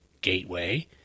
Gateway